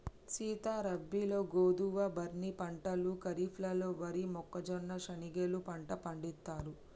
సీత రబీలో గోధువు, బార్నీ పంటలు ఖరిఫ్లలో వరి, మొక్కజొన్న, శనిగెలు పంట పండిత్తారు